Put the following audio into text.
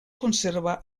conserva